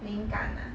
灵感 ah